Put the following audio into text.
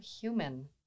human